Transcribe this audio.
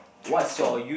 drinks store